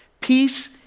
Peace